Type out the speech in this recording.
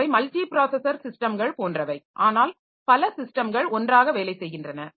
அவை மல்டிப்ராஸஸர் சிஸ்டம்கள் போன்றவை ஆனால் பல சிஸ்டம்கள் ஒன்றாக வேலை செய்கின்றன